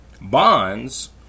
bonds